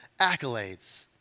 accolades